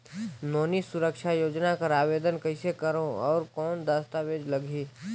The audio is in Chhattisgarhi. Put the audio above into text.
नोनी सुरक्षा योजना कर आवेदन कइसे करो? और कौन दस्तावेज लगही?